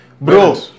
Bro